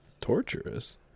Torturous